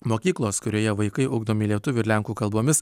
mokyklos kurioje vaikai ugdomi lietuvių ir lenkų kalbomis